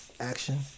action